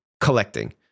collecting